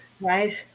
right